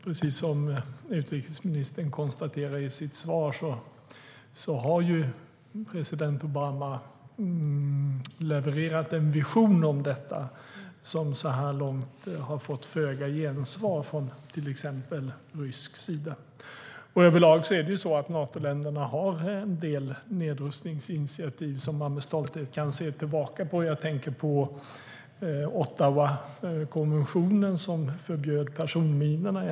Precis som utrikesministern konstaterar i sitt svar har president Obama levererat en vision om detta, som så här långt har fått föga gensvar från till exempel rysk sida. Överlag har Natoländerna tagit en del nedrustningsinitiativ som man med stolthet kan se tillbaka på. Jag tänker på Ottawakonventionen, som förbjöd personminor.